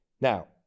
Now